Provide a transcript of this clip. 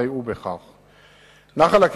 הקישון לשטח ציבורי פתוח שינוהל על-ידי רשות נחל הקישון,